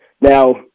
Now